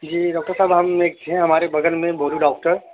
جی doctor صاحب ہم ایک ہیں ہمارے بغل میں گولو ڈاکٹر